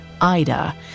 Ida